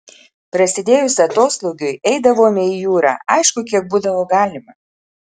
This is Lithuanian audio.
prasidėjus atoslūgiui eidavome į jūrą aišku kiek būdavo galima